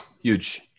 Huge